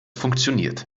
funktioniert